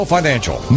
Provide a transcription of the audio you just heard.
Financial